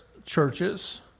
churches